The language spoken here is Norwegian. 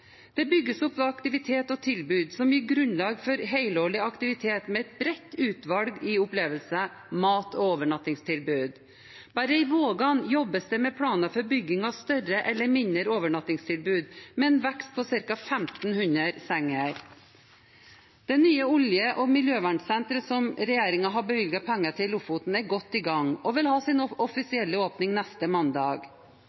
Det bygges opp aktiviteter og tilbud som gir grunnlag for helårig aktivitet med et bredt utvalg av opplevelser, mat og overnattingstilbud. Bare i Vågan jobbes det med planer for bygging av større eller mindre overnattingstilbud med en vekst på ca. 1 500 senger. Det nye oljevern- og miljøsenteret som regjeringen har bevilget penger til i Lofoten, er godt i gang og vil ha sin